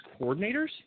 coordinators